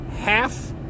half